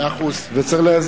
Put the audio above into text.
מאה אחוז.